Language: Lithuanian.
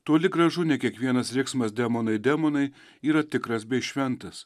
toli gražu ne kiekvienas riksmas demonai demonai yra tikras bei šventas